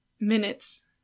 minutes